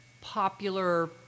popular